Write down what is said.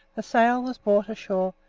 the sail was brought ashore,